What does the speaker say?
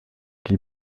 qui